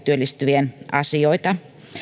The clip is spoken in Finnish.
työllistyvien asioita